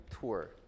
tour